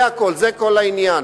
זה הכול, זה כל העניין.